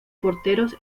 porteros